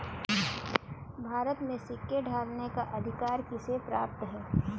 भारत में सिक्के ढालने का अधिकार किसे प्राप्त है?